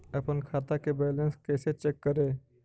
अपन खाता के बैलेंस कैसे चेक करे?